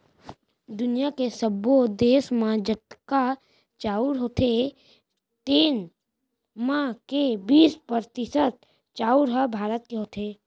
दुनियॉ के सब्बो देस म जतका चाँउर होथे तेन म के बीस परतिसत चाउर ह भारत म होथे